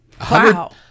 wow